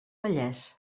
vallès